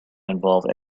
involve